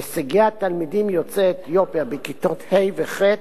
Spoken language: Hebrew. הישגי התלמידים יוצאי אתיופיה בכיתות ה' וח'